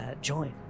join